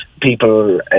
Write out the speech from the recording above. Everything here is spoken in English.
People